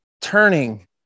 turning